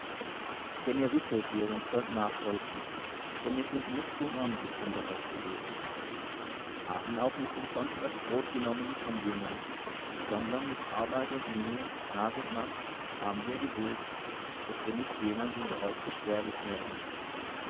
denn ihr wisset wie ihr uns sollt nachfolgen denn wir sind nicht unordentlich unter euch gewesen haben auch nicht umsonst das brot genommen von jemand sondern mit arbeit und mühe tag und nacht haben wir gewirkt daß wir nicht jemand unter euch beschwerlich wären